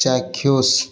ଚାକ୍ଷୁଷ